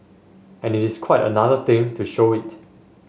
and it is quite another thing to show it